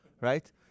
Right